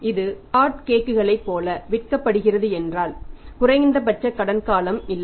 இது ஹாட் கேக்குகளைப் போல விற்கப்படுகிறதென்றால் குறைந்தபட்ச கடன் காலம் இல்லை